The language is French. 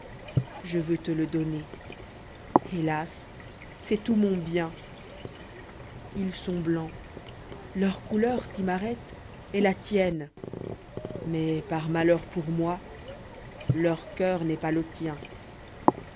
je veux te le donner hélas c'est tout mon bieb ils sont blancs leur couleur timarette est la tienne j mais par malheur pour moi leur coeur n'est pas la tia